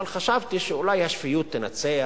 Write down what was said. אבל חשבתי שאולי השפיות תנצח,